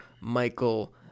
Michael